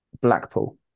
Blackpool